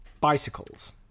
bicycles